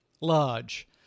large